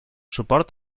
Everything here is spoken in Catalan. suport